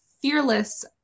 Fearless